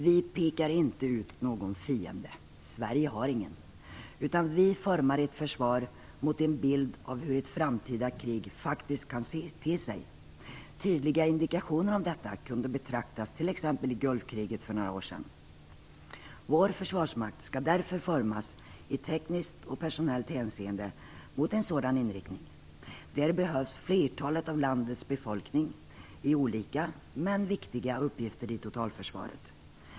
Vi pekar inte ut någon fiende - Sverige har ingen. Vi formar ett försvar mot en bild av hur ett framtida krig faktiskt kan te sig. Tydliga indikationer om detta kunde betraktas i t.ex. Gulfkriget för några år sedan. Vår försvarsmakt skall därför formas i tekniskt och personellt hänseende mot en sådan inriktning. Där behövs flertalet av landets befolkning i olika, men viktiga, uppgifter i totalförsvaret.